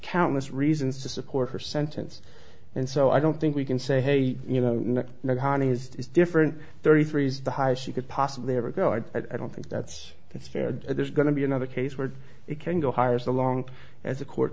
countless reasons to support her sentence and so i don't think we can say hey you know no one is different thirty three is the high she could possibly ever go and i don't think that's that's fair there's going to be another case where it can go higher so long as the court